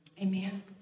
Amen